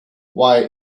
why